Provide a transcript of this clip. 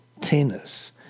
tennis